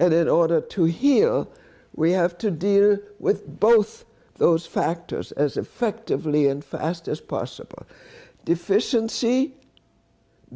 and in order to heal we have to deal with both those factors as effectively and fast as possible deficiency